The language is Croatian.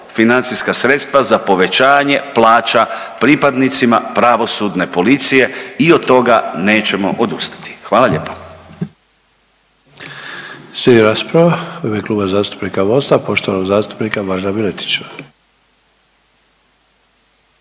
financijska sredstva za povećanje plaća pripadnicima pravosudne policije i od toga nećemo odustati. Hvala lijepo. **Sanader, Ante (HDZ)** Slijedi rasprava u ime Kluba zastupnika MOST-a poštovanog zastupnika Marina Miletića.